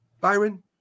Byron